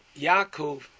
Yaakov